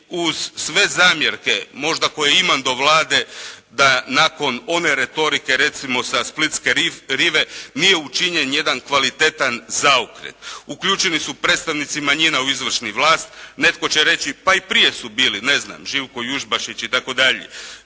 uz sve zamjerke možda koje imam do Vlade, da nakon one retorike recimo sa splitske rive, nije učinjen jedan kvalitetan zaokret. Uključeni su predstavnici manjina u izvršnu vlasat, netko će reći pa i prije su bili, ne znam Živko Juzbašić itd.